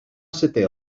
seté